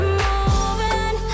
moving